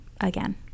again